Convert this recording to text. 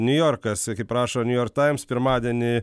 niujorkas kaip rašo new york times pirmadienį